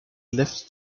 left